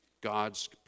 God's